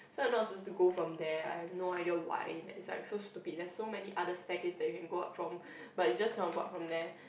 so you're not to go from there I have no idea why like is like so stupid there is so many other staircase that you can go up from but you just cannot go up from there